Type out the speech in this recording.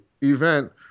event